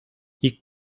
you